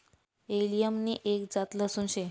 allium नि एक जात लहसून शे